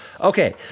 Okay